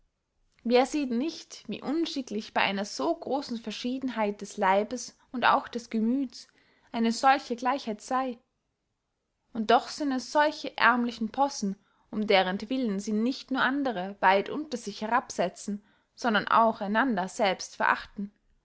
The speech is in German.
wer sieht nicht wie unschicklich bey einer so grossen verschiedenheit des leibes und auch des gemüths eine solche gleichheit sey und doch sind es solche ärmliche possen um derentwillen sie nicht nur andere weit unter sich herabsetzen sondern auch einander selbst verachten